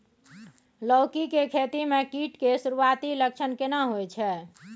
लौकी के खेती मे कीट के सुरूआती लक्षण केना होय छै?